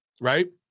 right